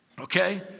Okay